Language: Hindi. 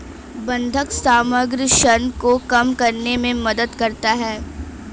बंधक समग्र ऋण को कम करने में मदद करता है